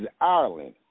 Ireland